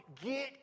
get